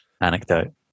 anecdote